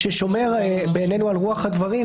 והצענו נוסח חלופי ששומר בעינינו על רוח הדברים,